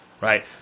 right